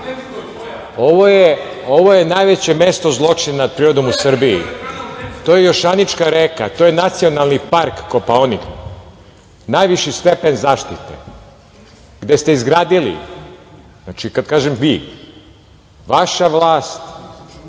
Ovo je najveće mesto zločina nad prirodom u Srbiji. To je Jošanička reka. To je Nacionalni park Kopaonik. Najviši stepen zaštite, a gde ste izgradili, kad kažem vi, vaša vlast,